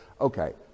okay